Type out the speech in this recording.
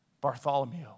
Bartholomew